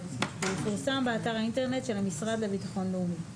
ויפורסם באתר האינטרנט של המשרד לביטחון לאומי.